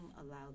allowed